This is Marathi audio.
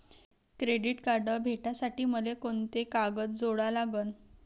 क्रेडिट कार्ड भेटासाठी मले कोंते कागद जोडा लागन?